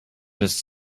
des